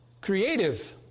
creative